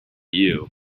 you